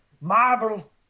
Marble